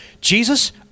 Jesus